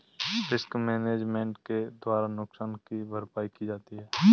risk management के द्वारा नुकसान की भरपाई की जाती है